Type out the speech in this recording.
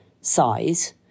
size